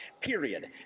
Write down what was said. period